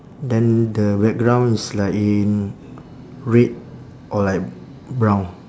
then the background is like in red or like brown